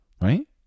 right